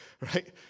right